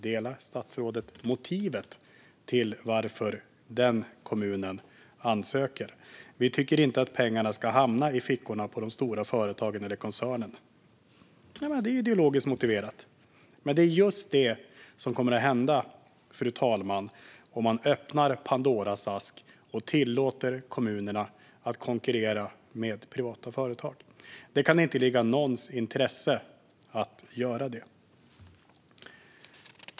Delar statsrådet motivet till att den kommunen ansöker? Vi tycker inte att pengarna ska hamna i fickorna på de stora företagen eller koncernerna. Det är ideologiskt motiverat. Fru talman! Det är just det som kommer att hända om man öppnar Pandoras ask och tillåter kommunerna att konkurrera med privata företag. Det kan inte ligga i någons intresse att göra det.